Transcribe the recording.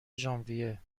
ژانویه